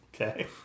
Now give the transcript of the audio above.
Okay